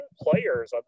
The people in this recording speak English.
players